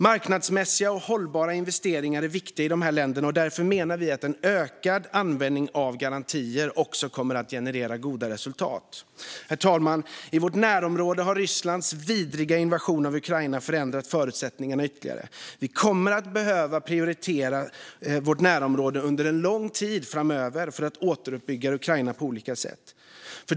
Marknadsmässiga och hållbara investeringar är viktiga i dessa länder. Därför menar vi att en ökad användning av garantier också kommer att generera goda resultat. Herr talman! I vårt närområde har Rysslands vidriga invasion av Ukraina förändrat förutsättningarna ytterligare. Vi kommer att behöva prioritera vårt närområde under en lång tid framöver för att återuppbygga Ukraina på olika sätt.